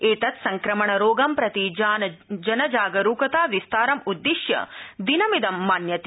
एतत् संक्रमणरोगं प्रति जनजागरूकता विस्तारम् उद्दिश्य दिनमिदं मान्यते